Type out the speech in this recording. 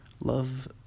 Love